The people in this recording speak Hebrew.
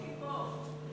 מיקי פה.